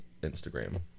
Instagram